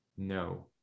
No